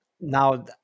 now